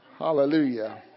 Hallelujah